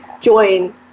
join